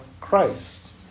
Christ